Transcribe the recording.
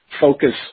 focus